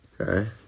Okay